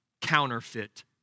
counterfeit